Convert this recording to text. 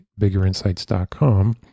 biggerinsights.com